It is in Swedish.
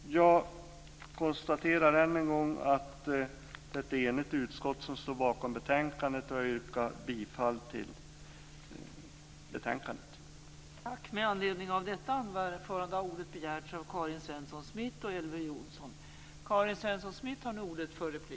Jag konstaterar än en gång att det är ett enigt utskott som står bakom förslaget i betänkandet och jag yrkar bifall till det.